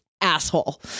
asshole